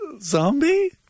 Zombie